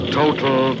total